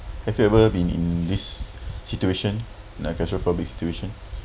have you ever been in this situation like claustrophobic situation